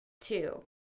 two